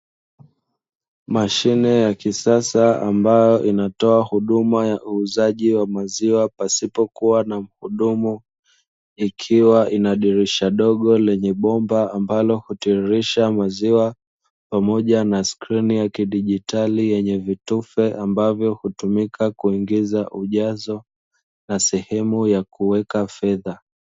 Mashine ya kisasa ambayo inatoa huduma ya uuzaji wa maziwa pasipokua na mhudumu. Ikiwa linadirisha dogo lenye bomba ambalo hutiririsha maziwa pamoja na skrini ya kidijitali yenye vitufe ambavyo hutumika kuongeza ujazo na sehemu ya kuweka fedha.